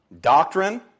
doctrine